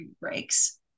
breaks